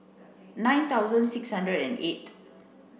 nine thousand six hundred and eight